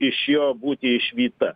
iš jo būti išvyta